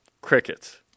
Crickets